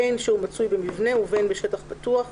בין שהוא מצוי במבנה ובין בשטח פתוח,